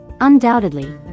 Undoubtedly